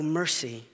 mercy